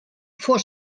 vor